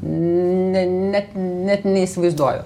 net net neįsivaizduoju